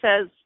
says